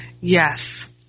Yes